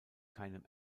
keinem